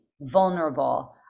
vulnerable